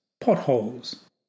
potholes